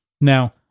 Now